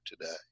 today